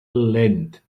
length